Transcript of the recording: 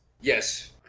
Yes